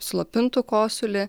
slopintų kosulį